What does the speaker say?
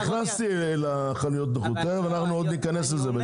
נגעתי בנושא חנויות הנוחות אבל נטפל גם בנושא זה.